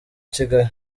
kigali